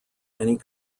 many